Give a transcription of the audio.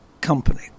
company